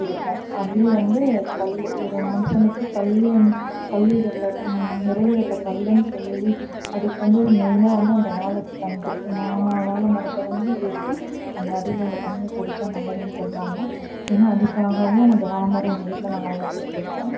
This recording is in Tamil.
இருக்கும் அதுலேயும் வந்து கல் ஒரு மனுசனுக்கு கல் வந் கல்லீரலில் நுரையீரலில் கல்லுன்னு சொல்லி அதுக்கு வந்து இது மெயினாக வந்து அந்த வாழைத்தண்டு மா வாழை மரத்தை வந்து வெட்டி அந்த அடியில் உள்ள தண்ணியை குடித்தா நல்லதுன்னு சொல்வாங்க மெயினாக அதுக்காகவும் இந்த வாழை மரம் எங்கள் வீட்டில் நாங்கள் வளர்த்துட்ருக்கோம்